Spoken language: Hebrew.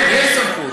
כן, יש סמכות.